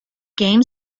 game